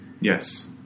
Yes